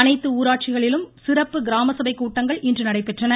அனைத்து ஊராட்சிகளிலும் சிறப்பு கிராமசபைக் கூட்டங்கள் இன்று நடைபெற்றன